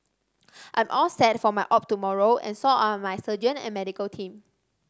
I'm all set for my op tomorrow and so are my surgeon and medical team